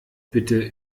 bitte